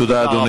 תודה רבה.